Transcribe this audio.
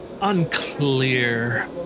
unclear